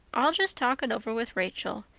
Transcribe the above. i'll just talk it over with rachel.